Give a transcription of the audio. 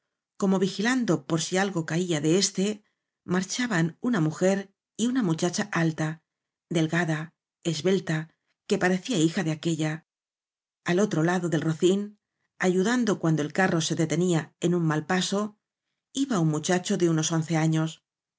como vigilando por si algo caía de éste marchaban una mujer y una muchacha alta delgada esbelta que pa recía hija de aquélla al otro lado del rocín ayudando cuando el carro se detenía en un mal paso iba un muchacho de unos once años